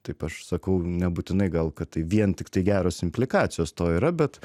taip aš sakau nebūtinai gal kad tai vien tiktai gero implikacijos to yra bet